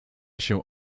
się